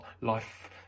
life